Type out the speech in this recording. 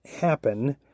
happen